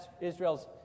Israel's